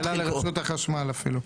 --- לרשות החשמל, אפילו.